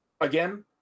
again